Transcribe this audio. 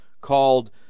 called